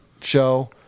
show